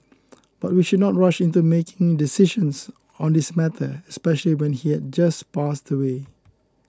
but we should not rush into making decisions on this matter especially when he had just passed away